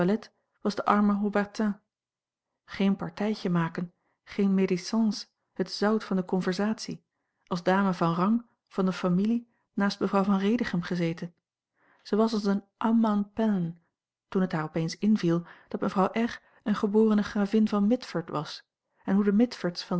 was de arme haubertin geen partijtje maken geen a l g bosboom-toussaint langs een omweg médisance het zout van de conversatie als dame van rang van de familie naast mevrouw van redichem gezeten zij was als eene âme en peine toen het haar opeens inviel dat mevrouw r eene geborene gravin van mitford was en hoe de mitfords van